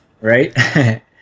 Right